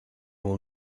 will